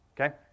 okay